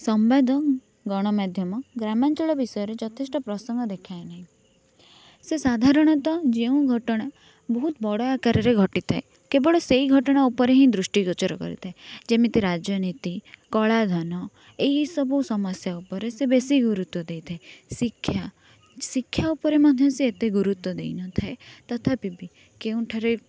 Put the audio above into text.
ସମ୍ବାଦ ଗଣମାଧ୍ୟମ ଗ୍ରାମାଞ୍ଚଳ ବିଷୟରେ ଯଥେଷ୍ଟ ପ୍ରସଙ୍ଗ ଦେଖାଏନି ସେ ସାଧାରଣତଃ ଯେଉଁ ଘଟଣା ବହୁତ ବଡ଼ ଆକାରରେ ଘଟିଥାଏ କେବଳ ସେଇ ଘଟଣା ଉପରେ ହିଁ ଦୃଷ୍ଟି ଗୋଚର କରିଥାଏ ଯେମିତି ରାଜନୀତି କଳାଧନ ଏଇ ସବୁ ସମସ୍ୟା ଉପରେ ସେ ବେଶୀ ଗୁରୁତ୍ଵ ଦେଇଥାଏ ଶିକ୍ଷା ଶିକ୍ଷା ଉପରେ ମଧ୍ୟ ସେ ଏତେ ଗୁରୁତ୍ଵ ଦେଇନଥାଏ ତଥାପି ବି କେଉଁଠାରେ